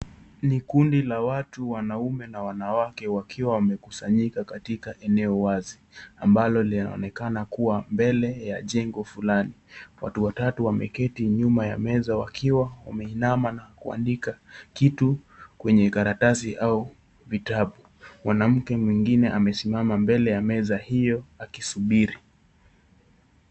Ni kundi la watu wanaume na wanawake wakiwa wamekusanyika katika eneo wazi ambalo linaonekana kuwa mbele ya jengo fulani. Watu watatu wameeketi nyuma ya meza wakiwa wameinama na kuandika kitu kwenye karatasi au vitabu. Mwanamke mwingine amesimama mbele ya meza hiyo akisuburi.